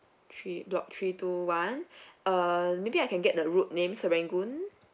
three dot three two one uh maybe I can get the road name serangoon